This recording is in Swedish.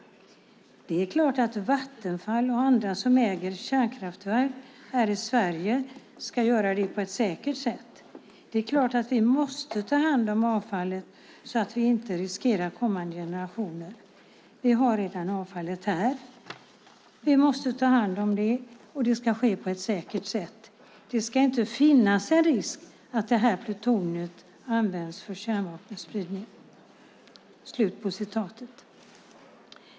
Det är klart att Vattenfall och andra som äger kärnkraftverk här i Sverige ska göra det på ett säkert sätt. Det är klart att vi måste ta hand om avfallet, så att vi inte riskerar kommande generationer. Vi har redan avfallet här. Vi måste ta hand om det, och det ska ske på ett säkert sätt. Det ska inte finnas en risk att det här plutoniet används för kärnvapenspridning."